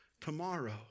tomorrow